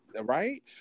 Right